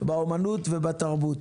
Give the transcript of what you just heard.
באמנות ובתרבות.